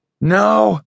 No